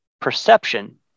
perception